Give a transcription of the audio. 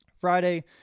Friday